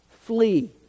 Flee